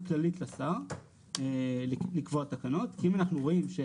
כללית לשר לקבוע תקנות ואם אנחנו רואים,